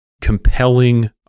compelling